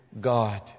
God